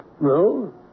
No